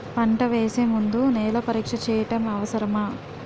పంట వేసే ముందు నేల పరీక్ష చేయటం అవసరమా?